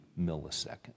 millisecond